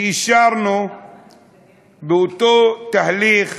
כשאישרנו באותו תהליך,